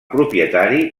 propietari